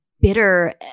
bitter